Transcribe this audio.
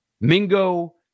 Mingo